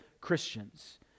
Christians